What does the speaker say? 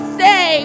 say